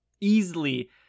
easily